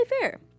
fair